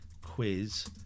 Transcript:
quiz